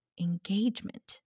Engagement